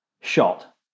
shot